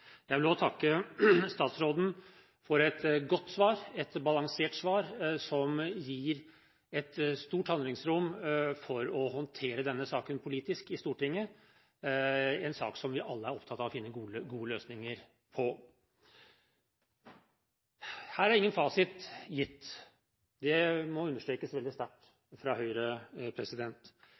Jeg vil også takke statsråden for et godt svar, et balansert svar, som gir et stort handlingsrom for å håndtere denne saken politisk i Stortinget, en sak vi alle er opptatt av å finne gode løsninger på. Her er ingen fasit gitt. Det må understrekes veldig sterkt fra Høyre.